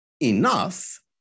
enough